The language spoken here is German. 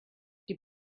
die